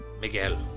Miguel